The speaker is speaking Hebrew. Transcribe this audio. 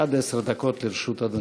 עד עשר דקות לרשות אדוני.